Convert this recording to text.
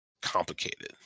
complicated